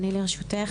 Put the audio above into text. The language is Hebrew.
ואני לרשותך,